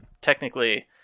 technically